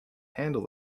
handle